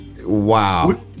Wow